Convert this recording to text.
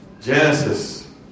Genesis